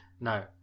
no